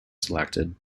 selected